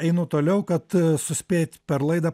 einu toliau kad suspėt per laidą